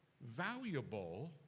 valuable